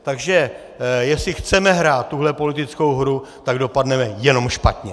Takže jestli chceme hrát tuhle politickou hru, tak dopadneme jenom špatně!